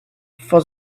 for